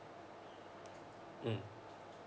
mm